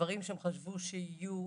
דברים שהם חשבו שהם